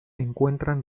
encuentran